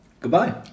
goodbye